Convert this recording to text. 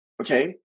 Okay